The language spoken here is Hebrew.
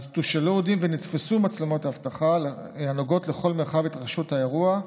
תושאלו עדים ונתפסו מצלמות אבטחה הנוגעות לכל מרחב התרחשות האירוע,